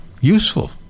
useful